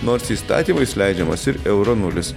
nors įstatymais leidžiamas ir euro nulis